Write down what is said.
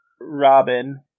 Robin